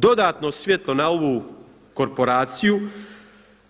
Dodatno svjetlo na ovu korporaciju